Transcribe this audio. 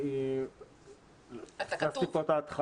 אני פספסתי פה את ההתחלה,